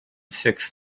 six